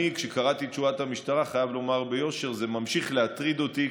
כשקראתי את תשובת המשטרה אני חייב לומר ביושר שזה ממשיך להטריד אותי,